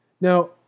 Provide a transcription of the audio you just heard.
Now